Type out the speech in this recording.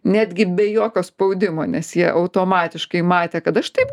netgi be jokio spaudimo nes jie automatiškai matė kad aš taip